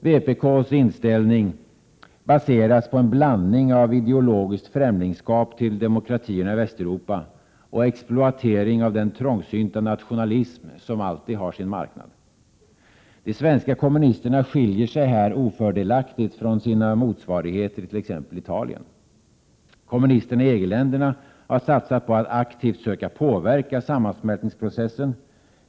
Vpk:s inställning baseras på en blandning av ideologiskt främlingskap till demokratierna i Västeuropa och exploatering av den trångsynta nationalism, som alltid har sin marknad. De svenska kommunisterna skiljer sig här ofördelaktigt från sina motsvarigheterit.ex. Italien. Kommunisterna i EG-länderna har satsat på att aktivt söka påverka sammansmältningsprocessen.